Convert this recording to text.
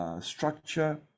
Structure